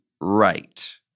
right